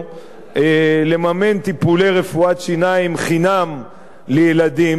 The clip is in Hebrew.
לממן טיפולי רפואת שיניים חינם לילדים,